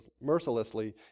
mercilessly